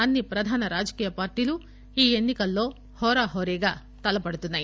అన్ని ప్రధాన రాజకీయ పార్టీలు ఈ ఎన్ని కల్లో హోరా హోరీగా తలపడుతున్నాయి